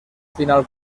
final